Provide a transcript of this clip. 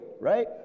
right